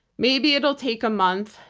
maybe it'll take a month.